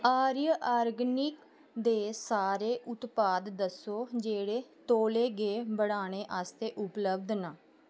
आर्य organic दे सारे उत्पाद दस्सो जेह्ड़े तौले गै बढ़ाने आस्तै उपलब्ध न